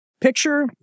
picture